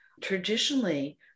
traditionally